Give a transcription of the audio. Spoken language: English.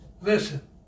Listen